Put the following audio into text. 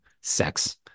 sex